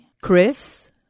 Chris